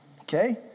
okay